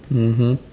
mmhmm